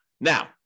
Now